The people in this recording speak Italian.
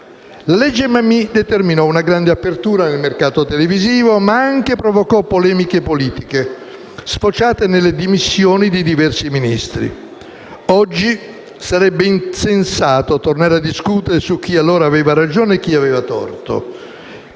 La legge Mammì determinò una grande apertura del mercato televisivo, ma provocò anche polemiche politiche, sfociate nelle dimissioni di diversi Ministri. Oggi sarebbe insensato tornare a discutere su chi allora aveva ragione e chi aveva torto,